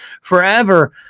forever